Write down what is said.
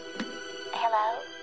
Hello